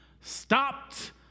stopped